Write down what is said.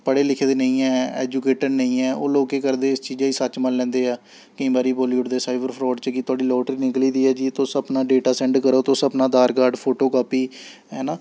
पढ़े लिखे दे नेईं ऐ ऐजुकेटिड नेईंं ऐ ओह् लोग केह् करदे इस चीजै गी सच्च मन्नी लैंदे ऐ केईं बारी बोल्ली ओड़दे साइबर फ्राड च कि तोआढ़ी लाटरी निकली दी ऐ जी तुस अपना डेटा सैंड्ड करो तुस अपना अधार कार्ड फोटो कापी हैना